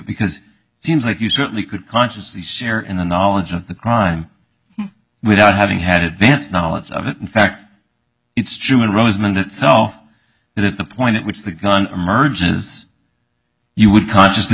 because it seems like you certainly could consciously share in the knowledge of the crime without having had advance knowledge of it in fact it's true and rosemond it so that at the point at which the gun emerges you would consciously